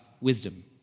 wisdom